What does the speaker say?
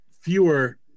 fewer